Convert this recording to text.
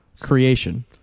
creation